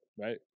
right